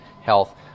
health